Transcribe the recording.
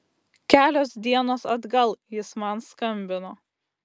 kelios dienos atgal jis man skambino